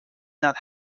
not